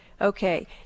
Okay